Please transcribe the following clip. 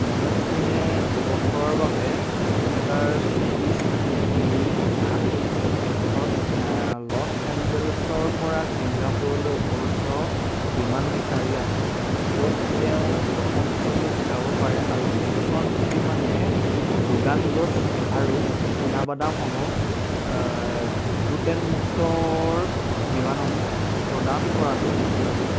মনোজ সিঙে অৱসৰৰ বাবে দুহেজাৰ চৌব্বিছ তিনি আঠ আঠত লছ এঞ্জেলেছৰ পৰা ছিংগাপুৰলৈ উপলব্ধ বিমান বিচাৰি আছে য'ত তেওঁ প্ৰথম শ্ৰেণীত যাব পাৰে আৰু যিখন বিমানে ৰোগান জছ আৰু চীনাবাদামসহ গ্লুটেনমুক্তৰ বিমানসমূহ প্ৰদান কৰাটো নিশ্চিত কৰিছে